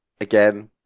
again